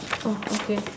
oh okay